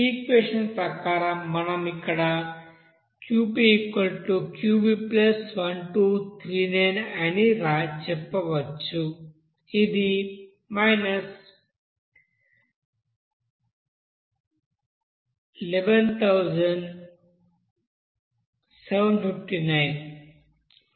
ఈ ఈక్వెషన్ ప్రకారం మనం ఇక్కడ QpQv1239 అని చెప్పవచ్చు ఇది 111759 ఇది రివర్స్ అందుకే ఇది నెగటివ్1239